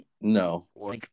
No